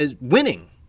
winning